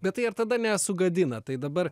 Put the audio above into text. bet tai ar tada nesugadina tai dabar